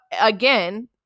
again